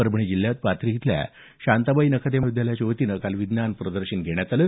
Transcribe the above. परभणी जिल्ह्यात पाथरी इथल्या शांताबाई नखाते विद्यालयाच्या वतीनं काल विज्ञान प्रदर्शन घेण्यात आलं